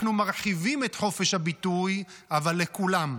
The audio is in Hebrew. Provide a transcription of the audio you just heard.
אנחנו מרחיבים את חופש הביטוי, אבל לכולם.